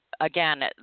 again